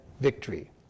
victory